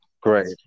Great